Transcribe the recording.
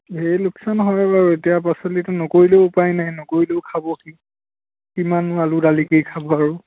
ঢেৰ লোকচান হয় বাৰু এতিয়া পাচলিতো নকৰিলেও উপায় নাই নকৰিলেও খাব কি কিমাননো আলু দালিকেই খাব আৰু